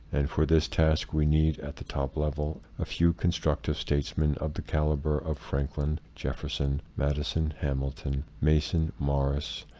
and for this task we need, at the top level, a few constructive statesmen of the caliber of franklin, jefferson, madison, hamilton, mason, morris,